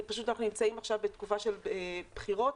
אנחנו נמצאים עכשיו בתקופה של בחירות.